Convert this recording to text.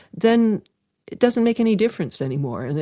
then it doesn't make any difference anymore. and